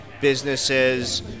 businesses